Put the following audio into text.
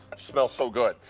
smells so good.